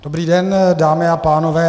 Dobrý den dámy a pánové.